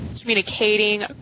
communicating